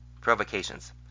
Provocations